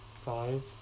Five